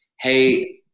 hey